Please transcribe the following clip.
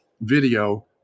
video